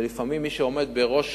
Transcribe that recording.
ולפעמים מי שעומד בראש